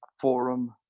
forum